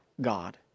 God